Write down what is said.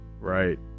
right